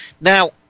Now